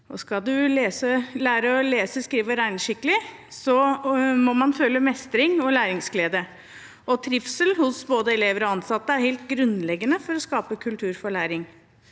Skal man lære å lese, skrive og regne skikkelig, må man føle mestring og læringsglede. Trivsel hos både elever og ansatte er helt grunnleggende for å skape kultur for læring.